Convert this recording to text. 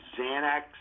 Xanax